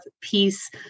peace